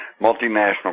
multinational